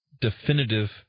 definitive